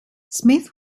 smith